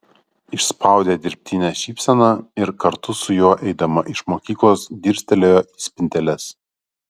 išspaudė dirbtinę šypseną ir kartu su juo eidama iš mokyklos dirstelėjo į spinteles